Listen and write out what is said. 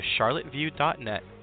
charlotteview.net